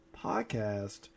podcast